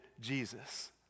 Jesus